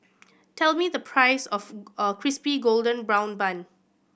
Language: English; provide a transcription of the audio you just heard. tell me the price of Crispy Golden Brown Bun